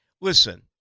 listen